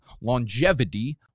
longevity